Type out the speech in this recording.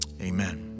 amen